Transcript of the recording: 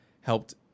helped